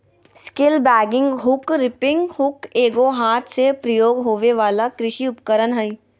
sickle bagging hook, reaping hook एगो हाथ से प्रयोग होबे वला कृषि उपकरण हइ